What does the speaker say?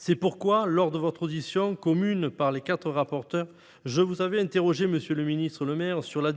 C'est pourquoi, lors de votre audition par les quatre rapporteurs, monsieur le ministre Le Maire, je vous ai